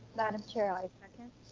madam chair, i second.